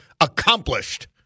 accomplished